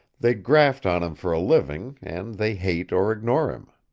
they graft on him for a living, and they hate or ignore him.